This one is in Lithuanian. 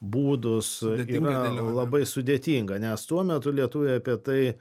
būdus yra labai sudėtinga nes tuo metu lietuviai apie tai